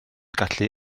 gallu